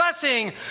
blessing